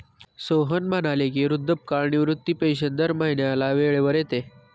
सोहन म्हणाले की, वृद्धापकाळ निवृत्ती पेन्शन दर महिन्याला वेळेवर येते